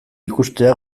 ikustea